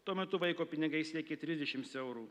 tuo metu vaiko pinigai siekė trisdešims eurų